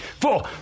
four